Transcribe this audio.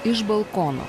iš balkono